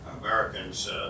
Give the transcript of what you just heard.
Americans